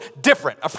different